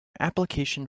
application